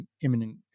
imminent